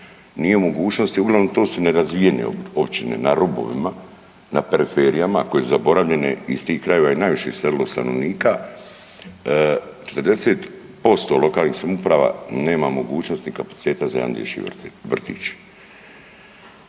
nije u mogućnosti. Uglavnom to su nerazvijene općine na rubovima, na periferijama koje su zaboravljene. Iz tih krajeva je najviše iselilo stanovnika. 40% lokalnih samouprava nema mogućnosti ni kapaciteta za jedan dječji vrtić.